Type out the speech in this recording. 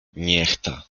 niechta